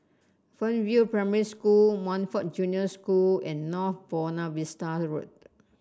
Fernvale Primary School Montfort Junior School and North Buona Vista Road